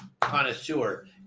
connoisseur